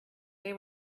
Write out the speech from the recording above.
they